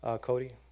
Cody